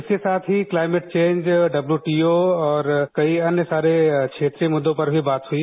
इसके साथ ही क्लाइमेट चेंज डब्ल्यूटीओ और कई अन्य सारे क्षेत्रीय मुद्दों पर भी बात हुई